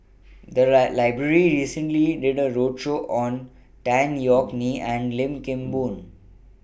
The lie Library recently did A roadshow on Tan Yeok Nee and Lim Kim Boon